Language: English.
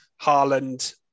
Harland